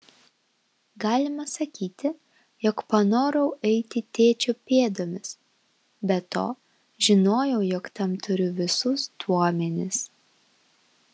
galima sakyti jog panorau eiti tėčio pėdomis be to žinojau jog tam turiu visus duomenis